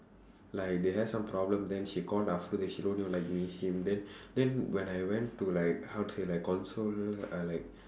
like they have some problem then she call then she told him she like him then then when I went to like how to say like console uh like